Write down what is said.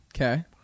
Okay